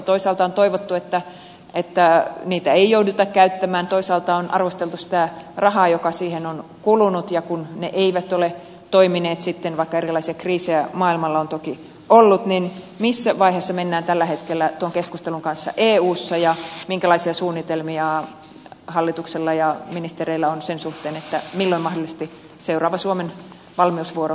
toisaalta on toivottu että niitä ei jouduta käyttämään toisaalta on arvosteltu sitä rahaa joka siihen on kulunut ja kun ne eivät ole toimineet sitten vaikka erilaisia kriisejä maailmalla on toki ollut niin missä vaiheessa mennään tällä hetkellä tuon keskustelun kanssa eussa ja minkälaisia suunnitelmia hallituksella ja ministereillä on sen suhteen milloin mahdollisesti seuraava suomen valmiusvuoro tulisi